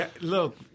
Look